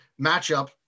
matchup